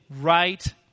right